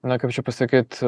na kaip čia pasakyt